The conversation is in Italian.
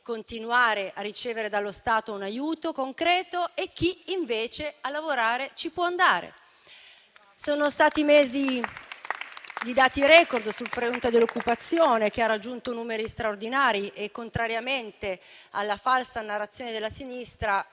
continuare a ricevere dallo Stato un aiuto concreto e chi, invece, a lavorare ci può andare. Sono stati mesi di dati *record* sul fronte dell'occupazione che ha raggiunto numeri straordinari e, contrariamente alla falsa narrazione della sinistra,